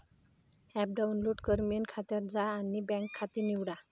app download कर, main खात्यावर जा आणि बँक खाते निवडा